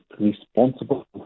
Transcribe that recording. responsible